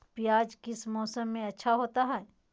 प्याज किस मौसम में अच्छा होता है?